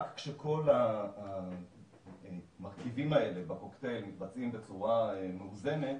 רק כשכל המרכיבים האלה בקוקטייל מתבצעים בצורה מאוזנת,